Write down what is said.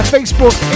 Facebook